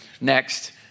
Next